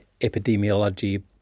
Epidemiology